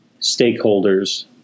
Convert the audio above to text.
stakeholders